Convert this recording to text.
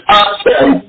awesome